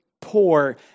poor